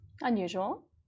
Unusual